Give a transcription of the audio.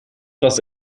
was